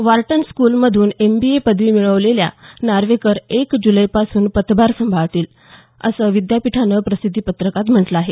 Wharton स्कूलमधून MBA पदवी मिळवलेल्या नार्वेकर एक जुलैपासून पदभार सांभाळतील असं विद्यापीठानं प्रसिद्धीपत्रकात म्हटलं आहे